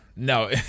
No